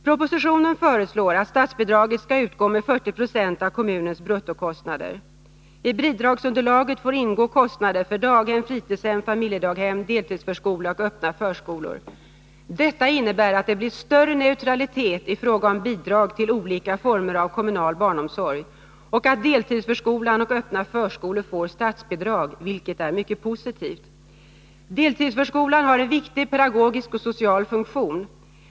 Propositionen föreslår att statsbidraget skall utgå med 40 26 av kommunens bruttokostnader. I bidragsunderlaget får ingå kostnader för daghem, fritidshem, familjedaghem, deltidsförskola och öppna förskolor. Detta innebär att det blir större neutralitet i fråga om bidrag till olika former av kommunal barnomsorg och att deltidsförskolan och öppna förskolor får statsbidrag, vilket är mycket positivt. Deltidsförskolan har en viktig pedagogisk och social funktion.